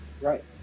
right